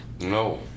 No